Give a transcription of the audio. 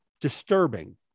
disturbing